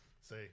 Say